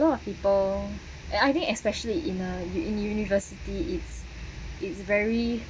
a lot of people and I think especially in a in university it's it's very